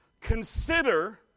Consider